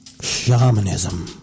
shamanism